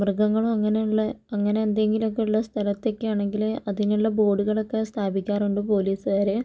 മൃഗങ്ങളോ അങ്ങനെയുള്ള അങ്ങനെ എന്തെങ്കിലും ഒക്കെ ഉള്ള സ്ഥലത്തേക്ക് ആണെങ്കിൽ അതിനുള്ള ബോർഡുകൾ ഒക്കെ സ്ഥാപിക്കാറുണ്ട് പോലീസുകാർ